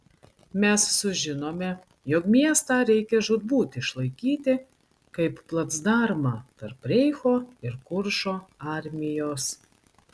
mes sužinome jog miestą reikia žūtbūt išlaikyti kaip placdarmą tarp reicho ir kuršo armijos